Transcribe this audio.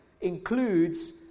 includes